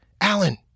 Alan